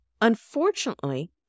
Unfortunately